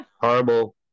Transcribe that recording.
horrible